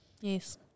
Yes